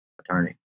attorney